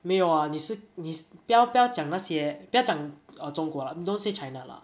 没有 ah 你是你不要不要讲那些不要讲 uh 中国 lah don't say china lah